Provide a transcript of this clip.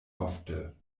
ofte